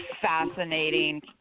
fascinating